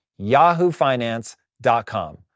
yahoofinance.com